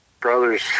brothers